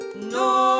No